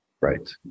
Right